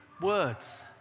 words